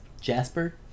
Jasper